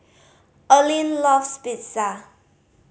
Olin loves Pizza